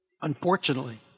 Unfortunately